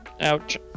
Ouch